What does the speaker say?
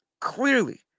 Clearly